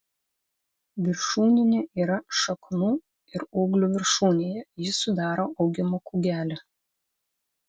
viršūninė yra šaknų ir ūglių viršūnėje ji sudaro augimo kūgelį